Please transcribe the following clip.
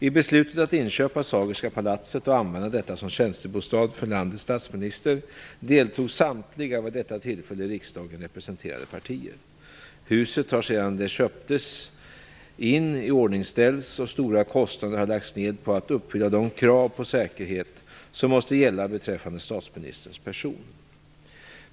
I beslutet att inköpa Sagerska palatset och använda detta som tjänstebostad för landets statsminister deltog samtliga vid detta tillfälle i riksdagen representerade partier. Huset har sedan det köptes in iordningställts, och stora resurser har lagts ned på att uppfylla de krav på säkerhet som måste gälla beträffande statsministerns person.